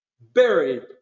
buried